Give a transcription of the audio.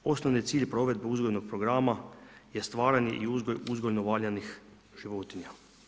Osnovni cilj provedbe uzgojnog programa je stvaranje i uzgoj uzgojno valjanih životinja.